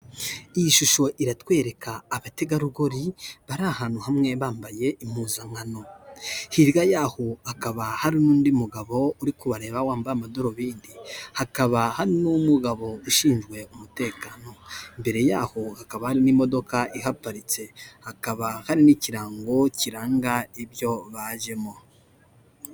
Iyi shusho iratwereka abategarugori bari ahantu hamwe bambaye impuzankano. Hirya yaho hakaba hari n'undi mugabo uri kubareba wambaye amadarubindi, hakabaha n'umugabo ushinzwe umutekano. Mbere yaho hakaba hari n'imodoka iparitse, hakaba hari n'ikirango kiranga ibyo bajemo.